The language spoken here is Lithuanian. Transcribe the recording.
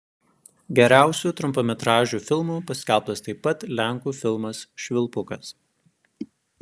geriausiu trumpametražiu filmu paskelbtas taip pat lenkų filmas švilpukas